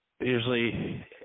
Usually